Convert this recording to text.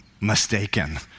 mistaken